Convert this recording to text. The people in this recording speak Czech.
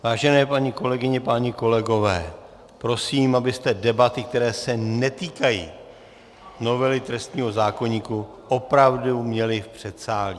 Vážené paní kolegyně, páni kolegové, prosím, abyste debaty, které se netýkají novely trestního zákoníku, opravdu měli v předsálí.